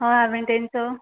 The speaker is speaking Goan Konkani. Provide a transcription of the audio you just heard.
हय हांवें तेंचो